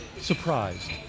surprised